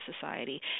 society